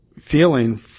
feeling